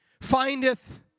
Findeth